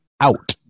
out